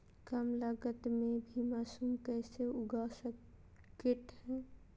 कम लगत मे भी मासूम कैसे उगा स्केट है?